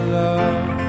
love